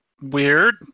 weird